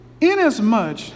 Inasmuch